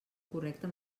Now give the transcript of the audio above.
correcte